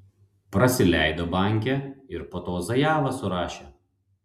prasileido bankę ir po to zajavą surašė